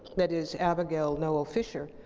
that is abigail noel fisher,